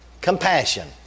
compassion